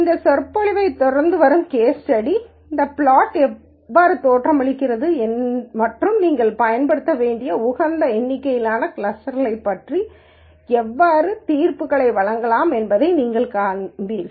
இந்த சொற்பொழிவைத் தொடர்ந்து வரும் கேஸ் ஸ்டடி இந்த பிளாட் எவ்வாறு தோற்றமளிக்கிறது மற்றும் நீங்கள் பயன்படுத்த வேண்டிய உகந்த எண்ணிக்கையிலான கிளஸ்டர்க்களைப் பற்றி எவ்வாறு தீர்ப்புகளை வழங்கலாம் என்பதை நீங்கள் காண்பீர்கள்